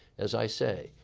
as i say,